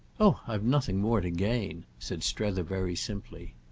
oh i've nothing more to gain, said strether very simply.